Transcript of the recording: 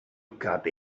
got